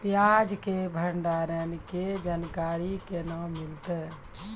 प्याज के भंडारण के जानकारी केना मिलतै?